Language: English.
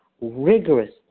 rigorously